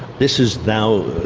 this is now,